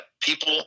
people